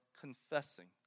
confessing